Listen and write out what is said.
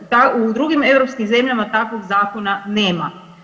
U drugim europskim zemljama takvog zakona nema.